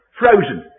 frozen